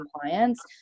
compliance